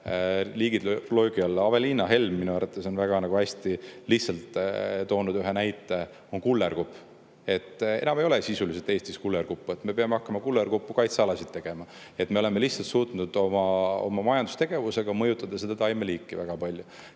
liigid löögi alla. Aveliina Helm on minu arvates väga hästi toonud ühe lihtsa näite – kullerkupp. Enam sisuliselt ei ole Eestis kullerkuppu, me peame hakkama kullerkupu kaitsealasid tegema. Me oleme lihtsalt suutnud oma majandustegevusega mõjutada seda taimeliiki väga palju.